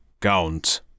Count